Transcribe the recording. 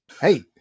Hey